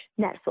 Netflix